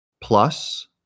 Plus